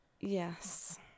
Yes